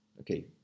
okay